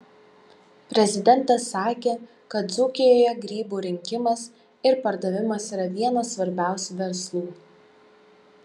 prezidentas sakė kad dzūkijoje grybų rinkimas ir pardavimas yra vienas svarbiausių verslų